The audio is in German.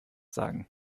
sagen